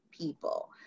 people